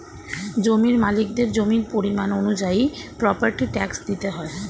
জমির মালিকদের জমির পরিমাণ অনুযায়ী প্রপার্টি ট্যাক্স দিতে হয়